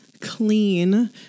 clean